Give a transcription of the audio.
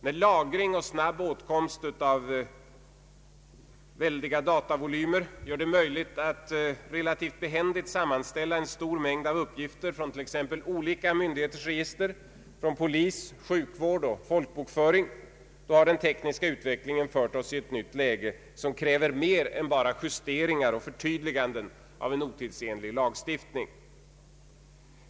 När lagring och snabb åtkomst av väldiga datavolymer gör det möjligt att relativt behändigt sammanställa en stor mängd uppgifter från t.ex. olika myndigheters register — från polis, sjukvård och folkbokföring o.s.v. — har den tekniska utvecklingen fört oss i ett nytt läge som kräver mer än bara justeringar och förtydliganden av en otidsenlig lagstiftning.